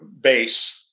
base